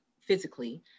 physically